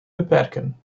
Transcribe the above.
beperken